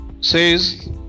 says